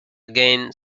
again